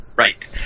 Right